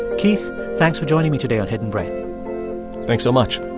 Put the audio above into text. keith, thanks for joining me today on hidden brain thanks so much